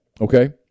Okay